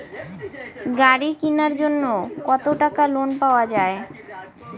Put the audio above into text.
গাড়ি কিনার জন্যে কতো টাকা লোন পাওয়া য়ায়?